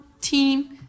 team